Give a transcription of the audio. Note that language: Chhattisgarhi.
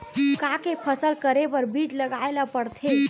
का के फसल करे बर बीज लगाए ला पड़थे?